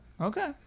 okay